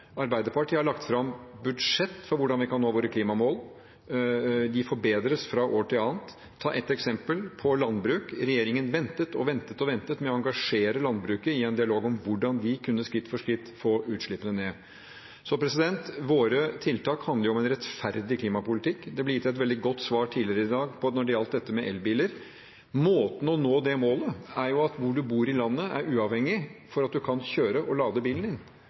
Arbeiderpartiet har lagt fram budsjett for hvordan vi kan nå våre klimamål. De forbedres fra ett år til et annet. Jeg kan ta ett eksempel – landbruk: Regjeringen ventet og ventet med å engasjere landbruket i en dialog om hvordan vi skritt for skritt kunne få utslippene ned. Våre tiltak handler om en rettferdig klimapolitikk. Det ble gitt et veldig godt svar tidligere i dag når det gjaldt dette med elbiler. Måten å nå det målet på er at uavhengig av hvor i landet man bor, skal man kunne kjøre og lade bilen